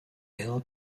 ill